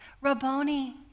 Rabboni